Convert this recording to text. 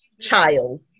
child